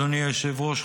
אדוני היושב-ראש,